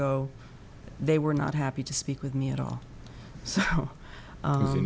go they were not happy to speak with me at all so